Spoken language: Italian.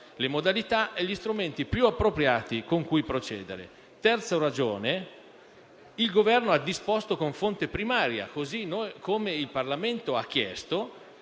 le modalità e gli strumenti più appropriati con cui procedere. La terza ragione è che il Governo ha disposto con fonte primaria, così come il Parlamento ha chiesto,